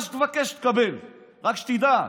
מה שתבקש, תקבל, רק שתדע.